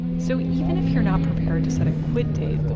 so even if you're not prepared to set a quit date,